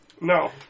No